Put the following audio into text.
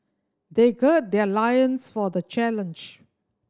they gird their loins for the challenge